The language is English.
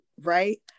right